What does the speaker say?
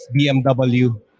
BMW